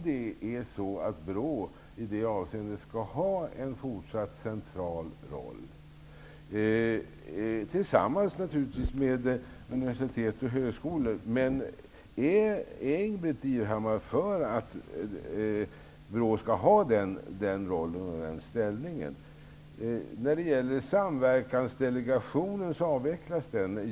Det gäller om BRÅ i detta avseende skall ha en fortsatt central roll, naturligtvis tillsammans med universitet och högskolor. Är Ingbritt Irhammar för att BRÅ skall ha den ställningen? Samverkansdelegationen avvecklas.